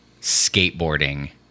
skateboarding